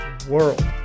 world